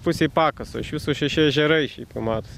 pusėj pakas o iš viso šeši ežerai šiaip jau matos